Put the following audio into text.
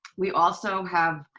we also have